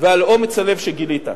ועל אומץ הלב שגילית.